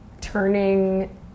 turning